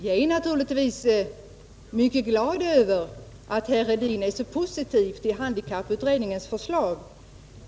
Jag är naturligtvis mycket glad över att herr Hedin är så positiv till handikapputredningens förslag.